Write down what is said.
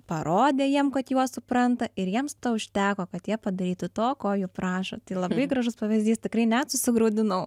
parodė jiem kad juos supranta ir jiems to užteko kad jie padarytų to ko jų prašo tai labai gražus pavyzdys tikrai net susigraudinau